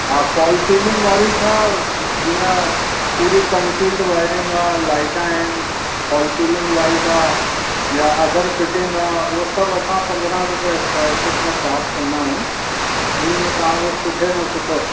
हा fall ceiling वारी छा जीअं पूरी कंसील्ड वायरिंग आहे लाइटां आहिनि फॉल सीलिंग लाइटां या अदर फिटिंग आहे उहो सभु असां पंद्रहं रुपे स्क्वायर फिट सां चार्ज कंदा आहियूं उन में तव्हांजो सुठे मां सुठो